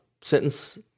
sentence